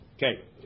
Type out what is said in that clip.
Okay